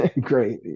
Great